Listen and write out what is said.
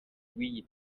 w’iyi